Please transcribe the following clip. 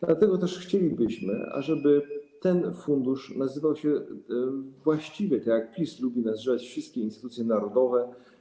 Dlatego też chcielibyśmy, ażeby ten fundusz nazywał się tak jak PiS lubi nazywać wszystkie instytucje narodowe.